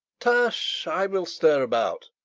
tush, i will stir about,